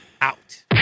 Out